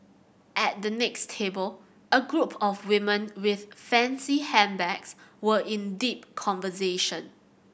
at the next table a group of women with fancy handbags were in deep conversation